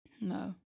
No